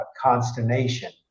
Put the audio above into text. consternation